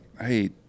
hey